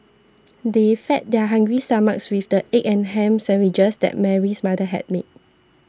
they fed their hungry stomachs with the egg and ham sandwiches that Mary's mother had made